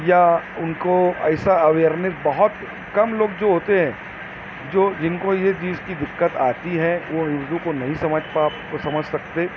یا ان کو ایسا اویرنس بہت کم لوگ جو ہوتے ہیں جو جن کو یہ چیز کی دقت آتی ہے وہ اردو کو نہیں سمجھ پا سمجھ سکتے